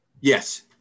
Yes